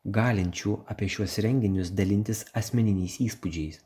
galinčių apie šiuos renginius dalintis asmeniniais įspūdžiais